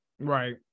Right